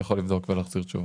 אני יכול לבדוק ולהחזיר תשובה.